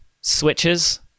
switches